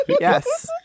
Yes